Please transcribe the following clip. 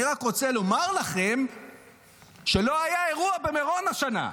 אני רק רוצה לומר לכם שלא היה אירוע במירון השנה.